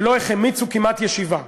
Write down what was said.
שלא החמיצו כמעט ישיבה.